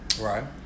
Right